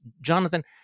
Jonathan